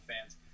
fans